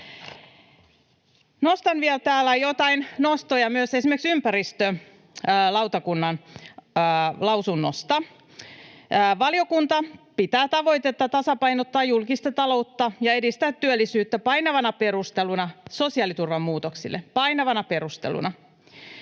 Nostan vielä täällä joitain nostoja myös esimerkiksi ympäristölautakunnan lausunnosta. Valiokunta pitää tavoitetta tasapainottaa julkista taloutta ja edistää työllisyyttä painavana perusteluna sosiaaliturvan muutoksille — painavana perusteluna.